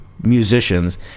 musicians